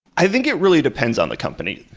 i think it really depends on the company.